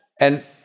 And-